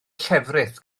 llefrith